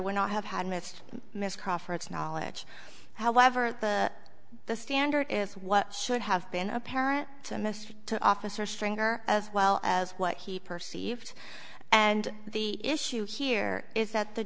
would not have had missed miss crawford's knowledge however the the standard is what should have been apparent to mr to officer stringer as well as what he perceived and the issue here is that the